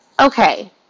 Okay